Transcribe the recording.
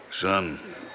Son